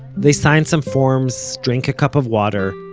they signed some forms, drank a cup of water,